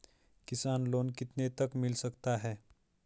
किसान लोंन कितने तक मिल सकता है?